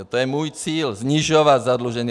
To je můj cíl snižovat zadlužení.